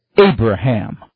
Abraham